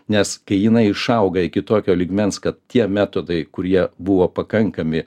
nes kai jinai išauga iki tokio lygmens kad tie metodai kurie buvo pakankami